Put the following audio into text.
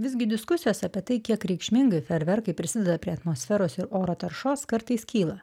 visgi diskusijos apie tai kiek reikšmingai ferverkai prisideda prie atmosferos ir oro taršos kartais kyla